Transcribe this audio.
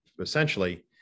essentially